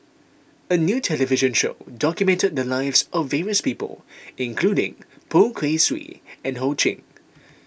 a new television show documented the lives of various people including Poh Kay Swee and Ho Ching